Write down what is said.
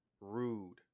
rude